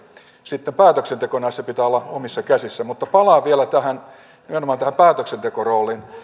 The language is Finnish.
sitten päätöksenteko näissä pitää olla omissa käsissä palaan vielä nimenomaan tähän päätöksentekorooliin